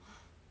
eh